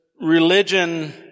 religion